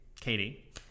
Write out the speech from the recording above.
Katie